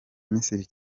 misiri